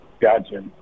Gotcha